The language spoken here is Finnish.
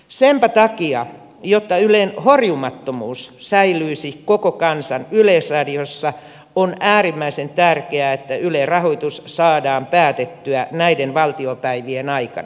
senpä takia jotta ylen horjumattomuus säilyisi koko kansan yleisradiossa on äärimmäisen tärkeää että ylen rahoitus saadaan päätettyä näiden valtiopäivien aikana